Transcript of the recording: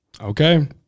Okay